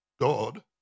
God